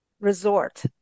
resort